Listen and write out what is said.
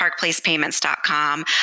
parkplacepayments.com